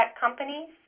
companies